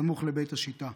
סמוך לבית השיטה.